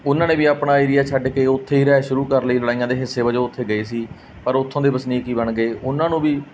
ਉਹਨਾਂ ਨੇ ਵੀ ਆਪਣਾ ਏਰੀਆ ਛੱਡ ਕੇ ਉੱਥੇ ਰਿਹਾਇਸ਼ ਸ਼ੁਰੂ ਕਰ ਲਈ ਲੜਾਈਆਂ ਦੇ ਹਿੱਸੇ ਵਜੋਂ ਉੱਥੇ ਗਏ ਸੀ ਪਰ ਉੱਥੋਂ ਦੇ ਵਸਨੀਕ ਹੀ ਬਣ ਗਏ ਉਹਨਾਂ ਨੂੰ ਵੀ